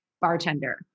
bartender